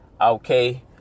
Okay